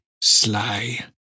sly